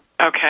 Okay